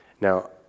Now